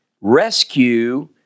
rescue